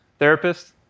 therapists